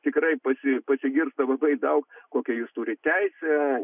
tikrai pasi pasigirsta labai daug kokią jūs turit teisę